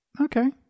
Okay